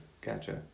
Gotcha